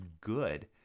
good